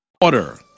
Order